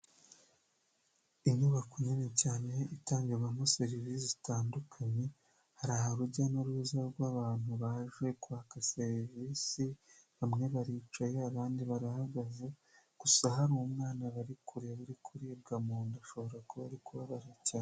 Inyubako nini cyane itangirwamo serivisi zitandukanye hari urujya n'uruza rw'abantu baje kwaka serivisi bamwe baricaye abandi barahagaze gusa hari umwana bari kureba uri kuribwa mu nda ashobora kuba ari kubabara cyane.